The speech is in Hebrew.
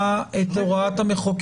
עו"ד כהנא דרור,